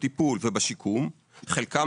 בטיפול ובשיקום חלקם,